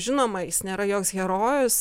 žinoma jis nėra joks herojus